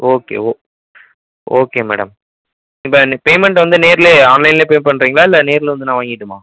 okay ஓ okay madam இப்போ இந்த பேமெண்ட் வந்து நேரிலே ஆன்லைன்லே பே பண்ணுறீங்களா இல்லை நேரில் வந்து நான் வாங்கிக்கிட்டுமா